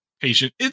patient